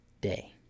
day